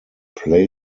play